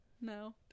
No